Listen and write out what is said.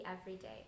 everyday